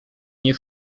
nie